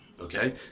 Okay